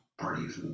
parties